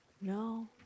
No